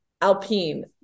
Alpine